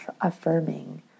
affirming